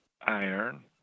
iron